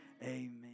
Amen